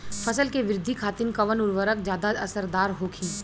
फसल के वृद्धि खातिन कवन उर्वरक ज्यादा असरदार होखि?